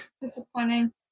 Disappointing